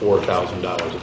four thousand dollars